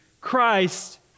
Christ